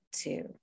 two